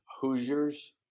Hoosiers